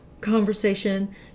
conversation